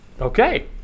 Okay